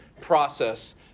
process